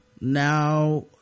now